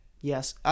yes